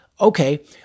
okay